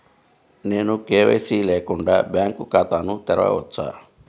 నేను కే.వై.సి లేకుండా బ్యాంక్ ఖాతాను తెరవవచ్చా?